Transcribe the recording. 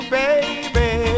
baby